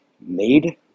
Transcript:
made